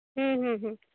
ᱦᱩᱸ ᱦᱩᱸ ᱦᱩᱸ